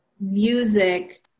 music